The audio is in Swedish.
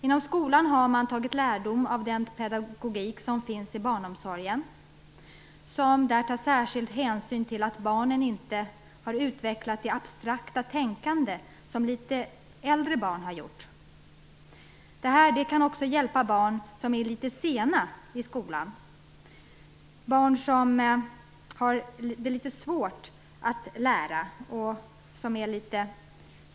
Inom skolan har man tagit lärdom av den pedagogik som finns i barnomsorgen, i vilken man tar särskild hänsyn till barn som inte har utvecklat det abstrakta tänkande som litet äldre barn har förvärvat. Detta kan också hjälpa barn som är litet sena i skolan och som har litet svårigheter med inlärningen.